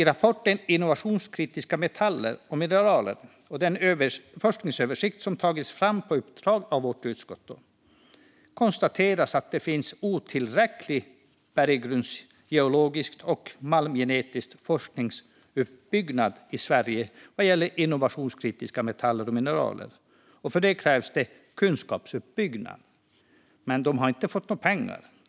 I rapporten Innovationskritiska metaller och mineral - en forskningsöversikt , som tagits fram på uppdrag av vårt utskott, konstateras att det finns en "otillräcklig berggrundsgeologisk och malmgenetisk forskningsuppbyggnad i Sverige vad gäller innovationskritiska metaller och mineral" och att det krävs kunskapsuppbyggnad. Men man har inte fått några pengar.